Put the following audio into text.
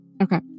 Okay